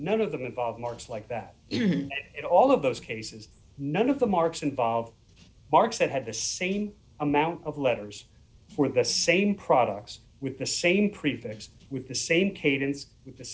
none of them involve marks like that in all of those cases none of the marks involve marks that have the same amount of letters for the same products with the same prefix with the same